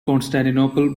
constantinople